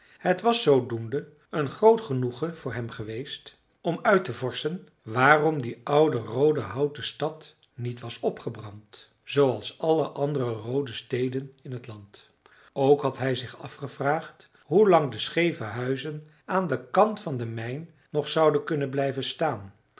het was zoodoende een groot genoegen voor hem geweest om uit te vorschen waarom die oude roode houten stad niet was opgebrand zooals alle andere roode steden in het land ook had hij zich afgevraagd hoe lang de scheeve huizen aan den kant van de mijn nog zouden kunnen blijven staan